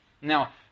Now